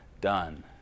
done